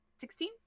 Sixteen